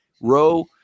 Row